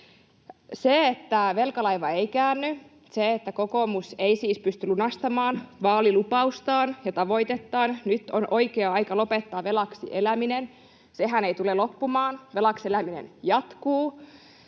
roimasti. Velkalaiva ei käänny, ja kokoomus ei siis pysty lunastamaan vaalilupaustaan ja tavoitettaan, ”nyt on oikea aika lopettaa velaksi eläminen” — se ei tule loppumaan, vaan velaksi eläminen jatkuu.